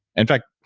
in fact,